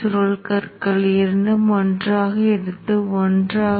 மின்மாற்றியின் எந்த நல்ல மாதிரியையும் பொதுத்தன்மையை இழக்காமல் பயன்படுத்தலாம்